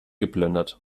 geplündert